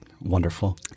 Wonderful